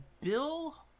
Bill